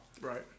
Right